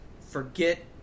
forget